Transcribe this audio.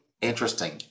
interesting